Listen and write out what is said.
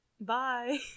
Bye